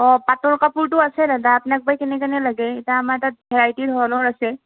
অঁ পাটৰ কাপোৰটো আছে দাদা আপোনাক বা কেনে কেনে লাগে এতিয়া আমাৰ তাত ভেৰাইটি ধৰণৰ আছে